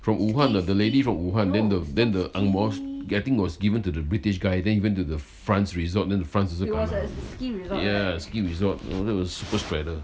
from 武汉 what the lady from 武汉 then the then the ang moh was given to the british guy then he went to france resort then the france also kena ya ski resort that was a super spreader